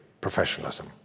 professionalism